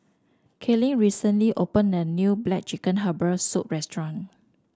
Kaelyn recently opened a new black chicken Herbal Soup restaurant